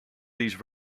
these